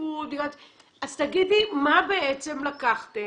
שקיפות אז תגידי מה בעצם לקחתם,